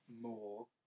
more